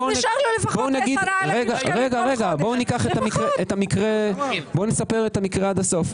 בואו נספר את המקרה עד הסוף.